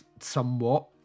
somewhat